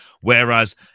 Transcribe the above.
Whereas